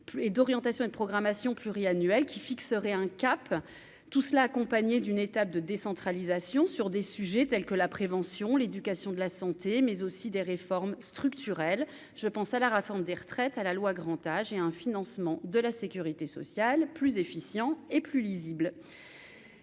et d'orientation et de programmation pluriannuelle qui fixerait un cap tout cela accompagné d'une étape de décentralisation sur des sujets tels que la prévention, l'éducation de la santé, mais aussi des réformes structurelles, je pense à l'art, forme des retraites à la loi, grand âge et un financement de la Sécurité sociale plus efficient et plus lisible